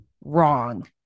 Wrong